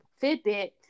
Fitbit